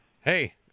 hey